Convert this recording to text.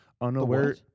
Unaware